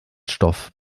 stoff